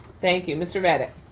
thank you, mr. redick.